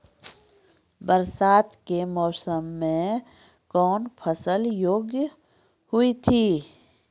बरसात के मौसम मे कौन फसल योग्य हुई थी?